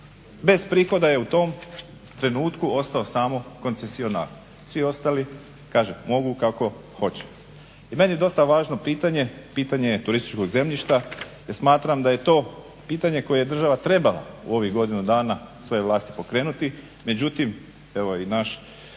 Bez prihoda je u tom trenutku ostao samo koncesionar, svi ostali mogu kako hoće. I meni dosta važno pitanje, pitanje turističkog zemljišta. Smatram da je to pitanje koje je država trebala u ovih godinu dana svoje vlasti pokrenuti, međutim evo i naš